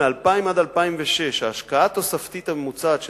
מ-2000 עד 2006 ההשקעה התוספתית הממוצעת של